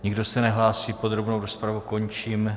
Nikdo se nehlásí, podrobnou rozpravu končím.